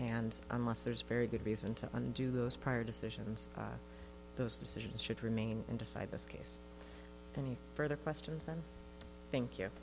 and unless there's very good reason to undo those prior decisions those decisions should remain and decide this case any further questions than thank